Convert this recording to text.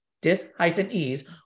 dis-ease